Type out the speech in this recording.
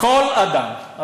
כל אדם.